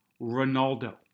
Ronaldo